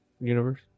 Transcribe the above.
universe